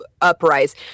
uprise